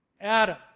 Adam